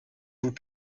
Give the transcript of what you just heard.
vous